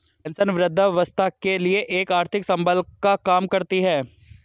pension वृद्धावस्था के लिए एक आर्थिक संबल का काम करती है